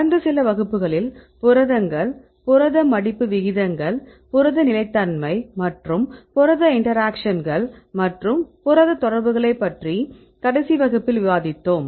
கடந்த சில வகுப்புகளில் புரதங்கள் புரத மடிப்பு விகிதங்கள் புரத நிலைத்தன்மை மற்றும் புரத இன்டராக்ஷன்கள் மற்றும் புரத தொடர்புகளைப் பற்றி கடைசி வகுப்பில் விவாதித்தோம்